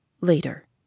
Later